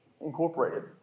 Incorporated